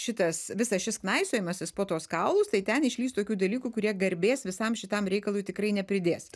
šitas visas šis knaisiojimasis po tuos kaulus tai ten išlįs tokių dalykų kurie garbės visam šitam reikalui tikrai nepridės